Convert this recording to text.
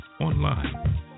online